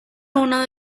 una